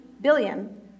billion